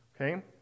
Okay